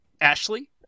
Ashley